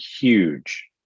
huge